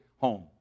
home